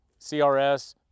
CRS